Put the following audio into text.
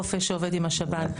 שעובד עם השב"ן.